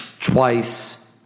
twice